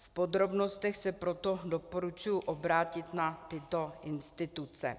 V podrobnostech se proto doporučuji obrátit na tyto instituce.